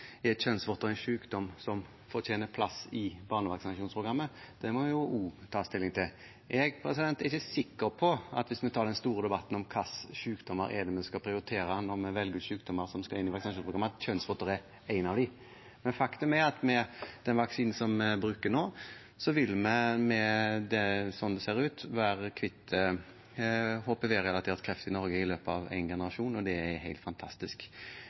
i barnevaksinasjonsprogrammet. Er kjønnsvorter en sykdom som fortjener plass i barnevaksinasjonsprogrammet? Det må en jo også ta stilling til. Jeg er ikke sikker på at hvis vi tar den store debatten om hvilke sykdommer vi skal prioritere når vi velger sykdommer som skal inn i vaksinasjonsprogrammet, vil kjønnsvorter være en av dem. Faktum er at med den vaksinen vi bruker nå, vil vi – slik det ser ut – være kvitt HPV-relatert kreft i Norge i løpet av en generasjon, og det er helt fantastisk.